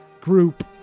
group